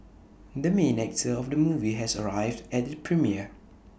the main actor of the movie has arrived at the premiere